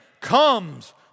comes